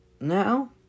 Now